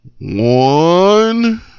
One